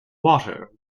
water